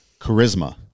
Charisma